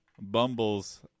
Bumbles